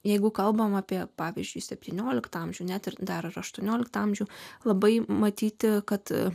jeigu kalbame apie pavyzdžiui septynioliktą amžių net ir dar aštuonioliktą amžių labai matyti kad